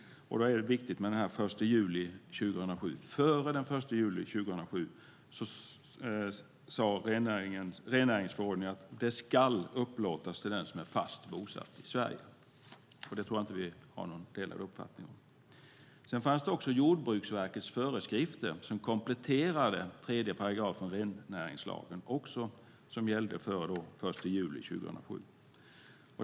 Datumet den 1 juli 2007 är viktigt. Före den 1 juli 2007 sade rennäringsförordningen att det skall upplåtas till den som är fast bosatt i Sverige. Det tror jag inte att vi har någon delad uppfattning om. Sedan fanns också Jordbruksverkets föreskrifter som kompletterade 3 § rennäringslagen och som också gällde före den 1 juli 2007.